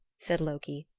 said loki.